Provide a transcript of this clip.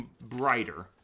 brighter